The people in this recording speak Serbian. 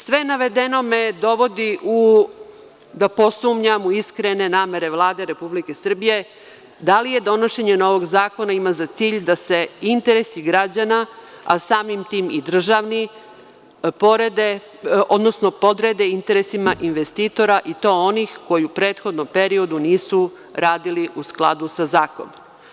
Sve navedeno me dovodi da posumnjam u iskrene namere Vlade Republike Srbije, da li donošenje novog zakona ima za cilj da se interesi građana, a samim tim i državni podrede interesima investitora i to onih koji u prethodnom periodu nisu radili u skladu sa zakonom.